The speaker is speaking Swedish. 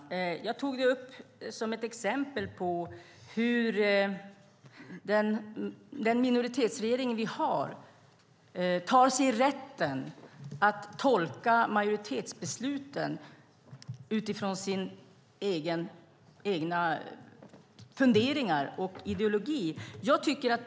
Fru talman! Jag tog upp det som ett exempel på hur denna minoritetsregering tar sig rätten att tolka majoritetsbeslut utifrån sina egna funderingar och sin egen ideologi.